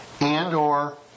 and/or